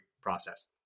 process